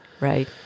Right